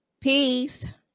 peace